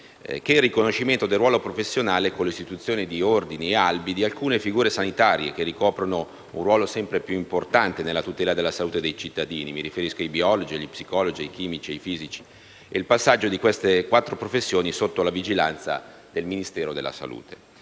che il riconoscimento del ruolo professionale, con l'istituzione di Ordini e Albi, di alcune figure sanitarie che ricoprono un ruolo sempre più importante nella tutela della salute dei cittadini: mi riferisco ai biologi, agli psicologi, ai chimici e ai fisici e al passaggio di queste quattro professioni sotto la vigilanza del Ministero della salute.